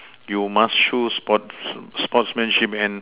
you must show sports sportsmanship and